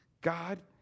God